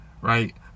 right